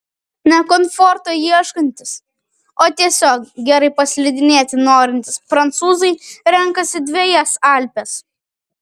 ne komforto ieškantys o tiesiog gerai paslidinėti norintys prancūzai renkasi dvejas alpes